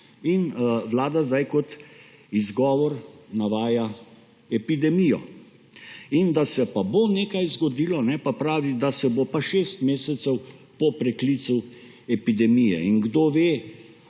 Vlada sedaj kot izgovor navaja epidemijo. In da se pa bo nekaj zgodilo, pa pravi, da se bo pa šest mesecev po preklicu epidemije. Kdo ve,